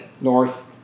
North